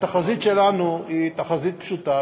התחזית שלנו היא תחזית פשוטה,